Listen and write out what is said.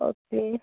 okay